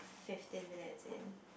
fifteen minutes in